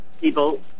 people